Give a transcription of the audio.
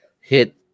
hit